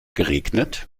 geregnet